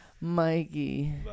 Mikey